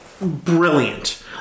brilliant